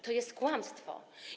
To jest kłamstwo.